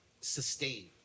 sustain